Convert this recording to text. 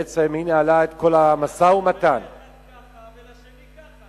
והיא ניהלה את המשא-ומתן לאחד הוא אומר ככה ולשני ככה,